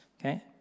okay